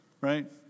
right